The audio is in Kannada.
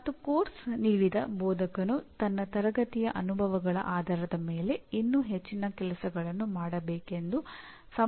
ಮತ್ತು ಪಠ್ಯಕ್ರಮವನ್ನು ನೀಡಿದ ಬೋಧಕನು ತನ್ನ ತರಗತಿಯ ಅನುಭವಗಳ ಆಧಾರದ ಮೇಲೆ ಇನ್ನೂ ಹೆಚ್ಚಿನ ಕೆಲಸಗಳನ್ನು ಮಾಡಬೇಕೆಂದು ಸಂಪೂರ್ಣವಾಗಿ ಅರ್ಥಮಾಡಿಕೊಳ್ಳುತ್ತಾನೆ